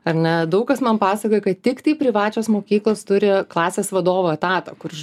ar ne daug kas man pasakojo kad tiktai privačios mokyklos turi klasės vadovo etatą kuris